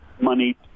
money